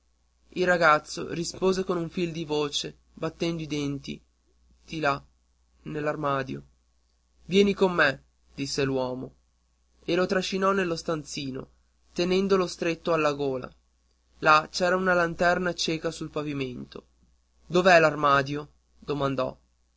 il ragazzo rispose con un fil di voce battendo i denti di là nell'armadio vieni con me disse l'uomo e lo trascinò nello stanzino tenendolo stretto alla gola là c'era una lanterna cieca sul pavimento dov'è l'armadio domandò